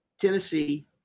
Tennessee